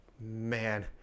man